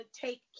take